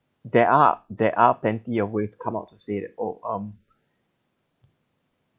there are there are plenty of ways come out to say that oh um